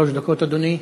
שלוש דקות, אדוני.